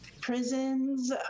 prisons